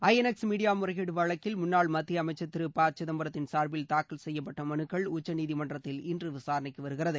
ஐ N X media முறைகேடு வழக்கில் முன்னாள் மத்திய அமைச்சர் திரு ப சிதம்பரத்தின் சா்பில் தாக்கல் செய்யப்பட்ட மனுக்கள் உச்சநீதிமன்றத்தில் இன்று மீண்டும் விசாரணைக்கு வருகிறது